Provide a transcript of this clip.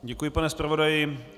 Děkuji, pane zpravodaji.